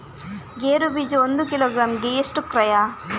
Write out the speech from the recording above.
ಗೇರು ಬೀಜ ಒಂದು ಕಿಲೋಗ್ರಾಂ ಗೆ ಎಷ್ಟು ಕ್ರಯ?